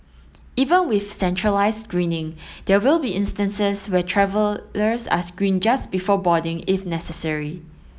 even with centralised screening there will be instances where travellers are screened just before boarding if necessary